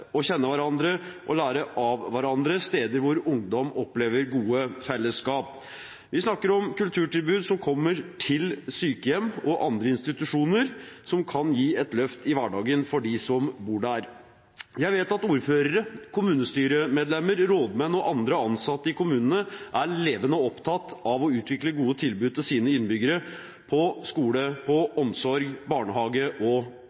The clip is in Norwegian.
å kjenne hverandre og lære av hverandre, steder hvor ungdom opplever gode fellesskap. Vi snakker om kulturtilbud som kommer til sykehjem og andre institusjoner, som kan gi et løft i hverdagen for dem som bor der. Jeg vet at ordførere, kommunestyremedlemmer, rådmenn og andre ansatte i kommunene er levende opptatt av å utvikle gode tilbud til sine innbyggere, innen skole, omsorg, barnehage og